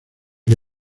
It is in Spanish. que